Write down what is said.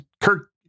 Kirk